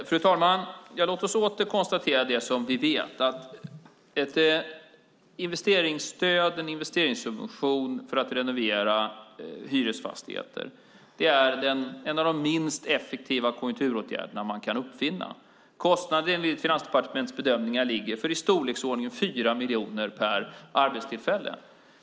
Fru talman! Låt oss åter konstatera det vi vet. En investeringssubvention för att renovera hyresfastigheter är en av de minst effektiva konjunkturåtgärderna man kan uppfinna. Kostnaderna enligt Finansdepartementets bedömningar ligger på i storleksordningen 4 miljoner per arbetstillfälle.